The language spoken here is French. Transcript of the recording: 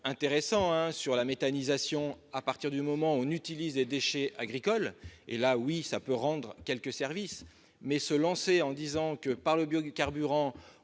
intéressants sur la méthanisation : à partir du moment où l'on utilise les déchets agricoles, cela peut rendre quelques services. Mais se lancer en disant que, par le biocarburant,